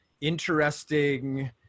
interesting